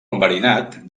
enverinat